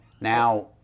Now